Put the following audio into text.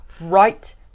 Right